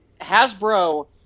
Hasbro